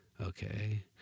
Okay